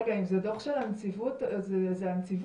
אם זה דוח של הנציבות אז זה הנציבות.